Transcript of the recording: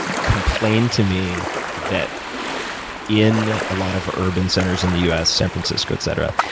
complain to me that in a lot of urban centers in the us, san francisco, etc,